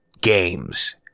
games